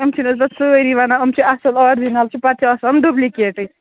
یِم چھِ نہَ حظ پَتہٕ سٲری وَنان یِم چھِ اَصٕل آرجِنَل چھِ پَتہٕ چھِ آسان ڈُبلِکیٹٕے